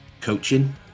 coaching